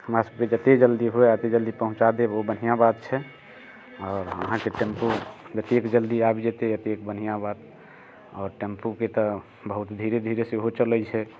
हमरा सभके जते जल्दी हुए ओते जल्दी पहुँचा देब ओ बन्हिआँ बात छै आओर अहाँके टैम्पू जतेक जल्दी आबि जेतै ओतेक बन्हाआँ बात आओर टैम्पूके तऽ बहुत धीरे धीरे सेहो चलै छै